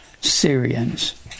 Syrians